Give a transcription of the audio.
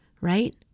right